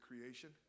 creation